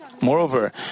Moreover